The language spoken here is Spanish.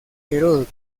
heródoto